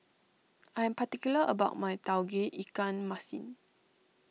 I am particular about my Tauge Ikan Masin